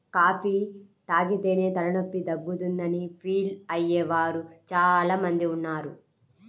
coffee తాగితేనే తలనొప్పి తగ్గుతుందని ఫీల్ అయ్యే వారు చాలా మంది ఉన్నారు